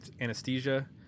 anesthesia